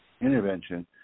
intervention